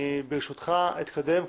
ברשותך, אנחנו נתקדם.